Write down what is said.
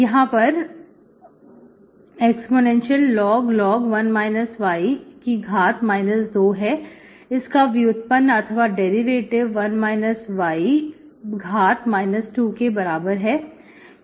यहां पर elog 1 y 2 है इसका व्युत्पन्न अथवा डेरिवेटिव 1 y 2 के बराबर है